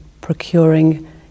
procuring